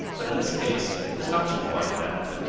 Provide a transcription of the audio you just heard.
but in this case it is not to be wondered at.